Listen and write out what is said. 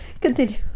Continue